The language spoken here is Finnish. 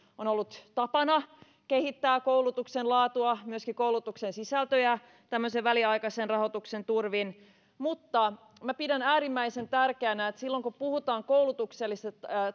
on ollut tapana kehittää koulutuksen laatua myöskin koulutuksen sisältöjä tämmöisen väliaikaisen rahoituksen turvin mutta minä pidän äärimmäisen tärkeänä että silloin kun puhutaan koulutuksellisesta